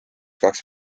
kaks